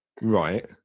Right